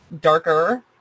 darker